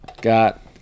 got